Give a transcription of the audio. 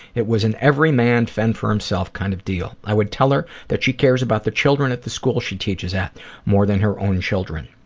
it was an everyman fend for themselves kind of deal. i would tell her that she cares about the children at the school she teaches at more than her own children.